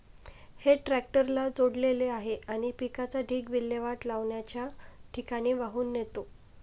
हे ट्रॅक्टरला जोडलेले आहे आणि पिकाचा ढीग विल्हेवाट लावण्याच्या ठिकाणी वाहून नेतो